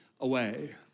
away